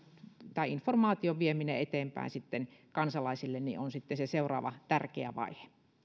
informaation vieminen eteenpäin kansalaisille on sitten se seuraava tärkeä vaihe